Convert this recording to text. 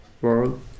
world